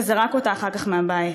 וזרק אותה אחר כך מהבית,